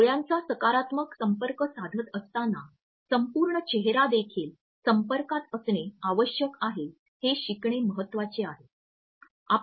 डोळ्यांचा सकारात्मक संपर्क साधत असताना संपूर्ण चेहरादेखील संपर्कात असणे आवश्यक आहे हे शिकणे महत्त्वाचे आहे